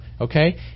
okay